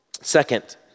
Second